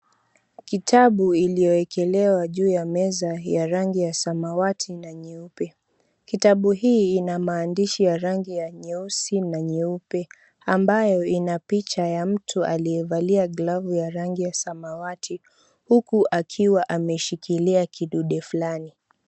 Kitabu iliyoekelewa juu ya meza ya rangi ya samwati na nyeupe. Kitabu hii inamaandishi ya rangi ya nyeusi na nyeupe ambayo inapicha ya mtu aliyevalia glavu ya rangi ya samawati huku ameshikilia kidude fulani.